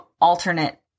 alternate